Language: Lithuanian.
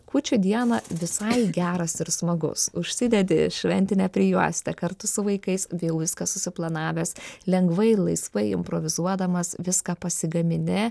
kūčių dieną visai geras ir smagus užsidedi šventinę prijuostę kartu su vaikais vėl viską suplanavęs lengvai laisvai improvizuodamas viską pasigamini